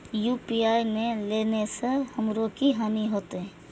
UPI ने लेने से हमरो की हानि होते?